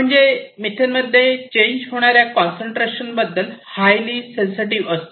म्हणजे मिथेन मध्ये चेंज होणाऱ्या कॉन्सन्ट्रेशन बद्दल हायली सेन्सिटिव्ह असते